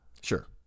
Sure